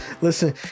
Listen